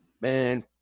Man